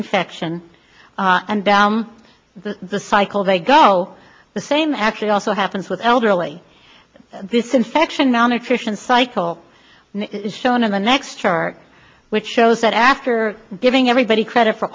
infection and down the cycle they go the same actually also happens with elderly this infection malnutrition cycle is shown in the next chart which shows that after giving everybody credit for